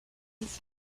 its